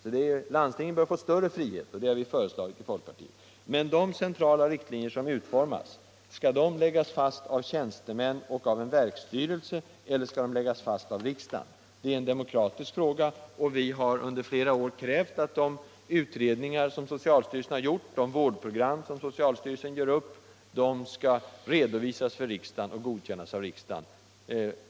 Landstingen bör få större frihet — det har folkpartiet föreslagit — men skall de centrala riktlinjer som behövs läggas fast av tjänstemän och en verksstyrelse, eller skall de läggas fast av riksdagen? Det är en demokratisk fråga, och vi har under flera år begärt att de utredningar som socialstyrelsen har gjort och att de vårdprogram som socialstyrelsen lägger fram skall redovisas för riksdagen och godkännas av riksdagen.